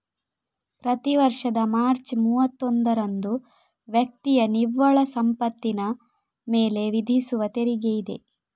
ಪ್ರತಿ ವರ್ಷದ ಮಾರ್ಚ್ ಮೂವತ್ತೊಂದರಂದು ವ್ಯಕ್ತಿಯ ನಿವ್ವಳ ಸಂಪತ್ತಿನ ಮೇಲೆ ವಿಧಿಸುವ ತೆರಿಗೆಯಿದೆ